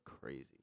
crazy